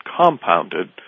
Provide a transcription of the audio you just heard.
compounded